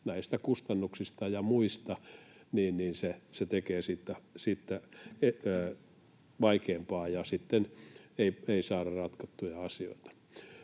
näistä kustannuksista ja muista, niin se tekee siitä sitten vaikeampaa ja sitten ei saada ratkottua asioita.